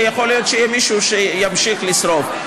ויכול להיות שיהיה מישהו שימשיך לשרוף.